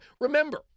remember